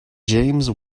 james